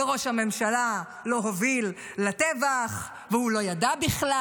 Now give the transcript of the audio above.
וראש הממשלה לא הוביל לטבח, והוא לא ידע בכלל.